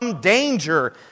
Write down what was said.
danger